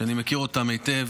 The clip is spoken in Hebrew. שאני מכיר אותם היטב.